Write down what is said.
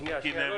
שנייה, שנייה.